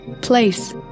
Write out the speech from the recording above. Place